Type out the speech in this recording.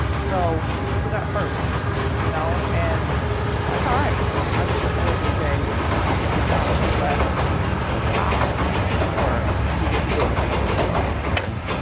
so we still got firsts, you know? and that's all right. i just look forward to the day when it becomes less odd for people to be doing the things that we're doing yeah,